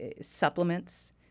supplements